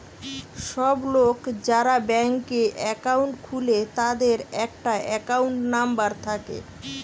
সব লোক যারা ব্যাংকে একাউন্ট খুলে তাদের একটা একাউন্ট নাম্বার থাকে